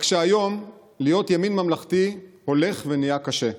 רק שהיום להיות ימין ממלכתי הולך ונהיה קשה.